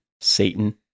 Satan